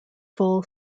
full